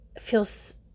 feels